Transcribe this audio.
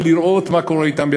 ולראות מה קורה אתם.